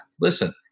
listen